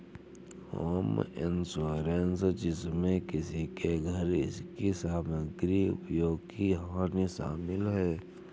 home insurance जिसमें किसी के घर इसकी सामग्री उपयोग की हानि शामिल है